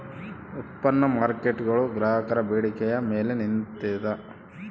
ಉತ್ಪನ್ನ ಮಾರ್ಕೇಟ್ಗುಳು ಗ್ರಾಹಕರ ಬೇಡಿಕೆಯ ಮೇಲೆ ನಿಂತಿದ